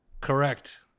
Correct